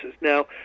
Now